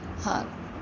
हा